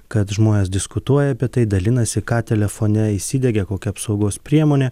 kad žmonės diskutuoja apie tai dalinasi ką telefone įsidegė kokia apsaugos priemonė